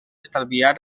estalviar